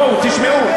בואו, תשמעו.